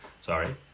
Sorry